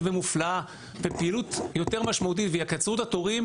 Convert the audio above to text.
ומופלאה ופעילות יותר משמעותיות ויקצרו את התורים,